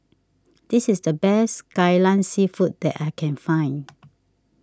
this is the best Kai Lan Seafood that I can find